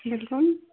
بلکُل